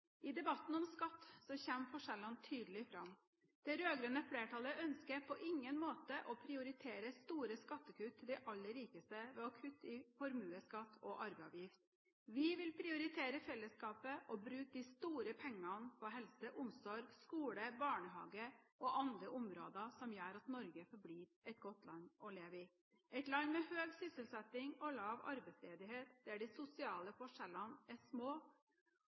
I debatten om skatt kommer forskjellene tydelig fram. Det rød-grønne flertallet ønsker på ingen måte å prioritere store skattekutt til de aller rikeste ved å kutte i formuesskatt og arveavgift. Vi vil prioritere fellesskapet og bruke de store pengene på helse og omsorg, skole, barnehage og andre områder som gjør at Norge forblir et godt land å leve i – et land med høy sysselsetting og lav arbeidsledighet, der de sosiale forskjellene er små.